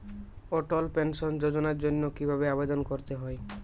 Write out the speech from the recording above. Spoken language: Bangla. অটল পেনশন যোজনার জন্য কি ভাবে আবেদন করতে হয়?